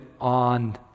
on